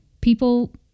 People